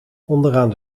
onderaan